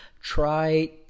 try